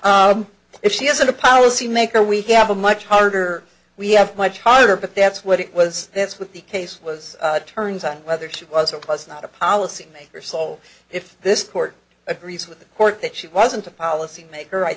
and if she has a policy maker we have a much harder we have much harder but that's what it was that's what the case was turns on whether she was a plus not a policymaker so if this court agrees with the court that she wasn't a policymaker i